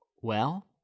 Well